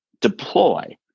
deploy